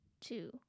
two